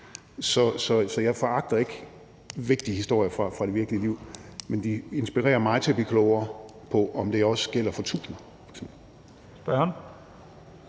Så jeg foragter ikke vigtige historier fra det virkelige liv, men de inspirerer mig til at blive klogere på, om det også gælder for f.eks.